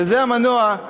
וזה המנוע,